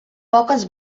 poques